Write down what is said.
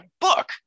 book